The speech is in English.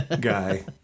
guy